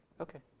Okay